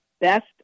best